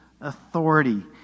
authority